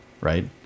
right